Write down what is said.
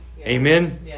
Amen